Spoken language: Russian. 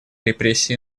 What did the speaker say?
репрессий